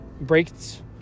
breaks